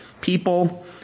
people